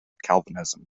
calvinism